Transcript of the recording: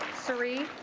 cirie